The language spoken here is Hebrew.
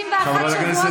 למי את